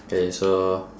K so